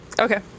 Okay